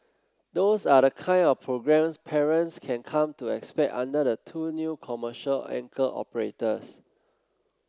those are the kind of programmes parents can come to expect under the two new commercial anchor operators